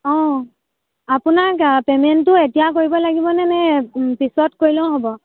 অ' আপোনাৰ পেমেণ্টটো এতিয়া কৰিব লাগিবনে নে পিছত কৰিলেও হ'ব